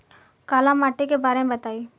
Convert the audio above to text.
काला माटी के बारे में बताई?